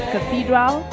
Cathedral